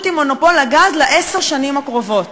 עם מונופול הגז לעשר השנים הקרובות.